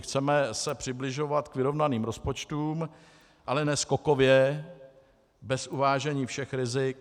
Chceme se přibližovat k vyrovnaným rozpočtům, ale ne skokově bez uvážení všech rizik.